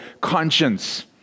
Conscience